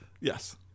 Yes